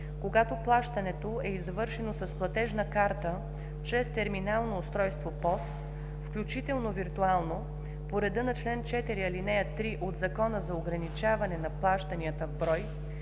Когато плащането е извършено с платежна карта чрез терминално устройство ПОС, включително виртуално, по реда на чл. 4, ал. 3 от Закона за ограничаване на плащанията в брой,